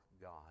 God